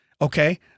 Okay